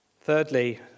Thirdly